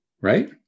Right